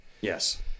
Yes